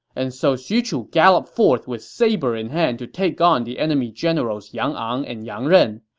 and so xu chu galloped forth with saber in hand to take on the enemy generals yang ang and yang ren.